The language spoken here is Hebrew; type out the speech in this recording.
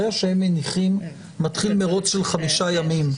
ברגע שהם מניחים מתחיל מרוץ של חמישה ימים.